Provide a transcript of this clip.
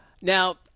Now